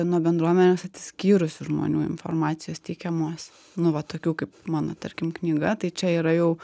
nuo bendruomenės atsiskyrusių žmonių informacijos teikiamos nu va tokių kaip mano tarkim knyga tai čia yra jau